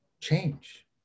change